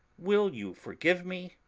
will you forgive me?